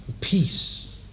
peace